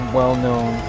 well-known